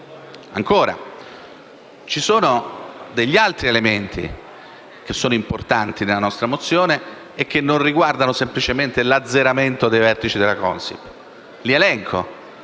risposte. Ci sono poi altri elementi importanti nella nostra mozione che non riguardano semplicemente l'azzeramento dei vertici della Consip, che ora elenco.